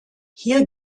hier